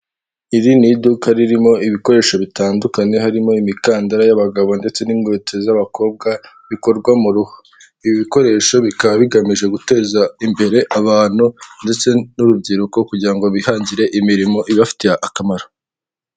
Iri ni iduka ririmo ibikoresho bitandukanye, harimo imikandara y'abagabo ndetse n'inkweto z'abakobwa bikorwa mu ruhu, ibi bikoresho bikaba bigamije guteza imbere abantu ndetse n'urubyiruko kugira ngo bihangire imirimo ibafitiye akamaro.